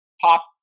pop